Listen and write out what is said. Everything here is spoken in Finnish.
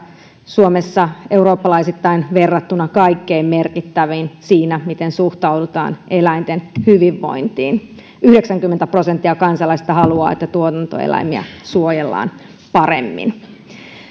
suomessa eurooppalaisittain verrattuna kaikkein merkittävin siinä miten suhtaudutaan eläinten hyvinvointiin yhdeksänkymmentä prosenttia kansalaisista haluaa että tuotantoeläimiä suojellaan paremmin